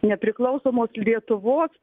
nepriklausomos lietuvos